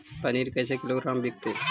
पनिर कैसे किलोग्राम विकतै?